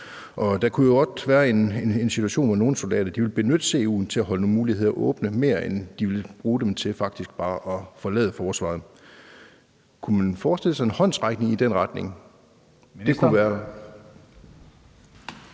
Det kunne jo godt være, at nogle soldater ville benytte CU'en til at holde nogle muligheder åbne og ikke bare bruge den til at forlade forsvaret. Kunne man forestille sig en håndsrækning i den retning? Kl. 15:20 Tredje